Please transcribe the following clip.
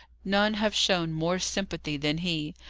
none have shown more sympathy than he,